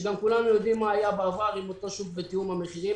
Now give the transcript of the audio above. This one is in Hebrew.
שגם כולנו יודעים מה היה בעבר עם אותו שוק בתיאום המחירים,